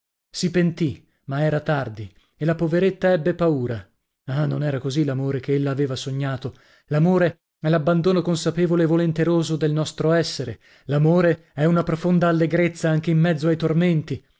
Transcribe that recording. ma era tardi e la poveretta ebbe paura ah non era così l'amore che ella aveva sognato l'amore è l'abbandono consapevole e volenteroso del nostro essere l'amore e una profonda allegrezza anche in mezzo ai tormenti